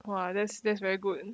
!wah! that's that's very good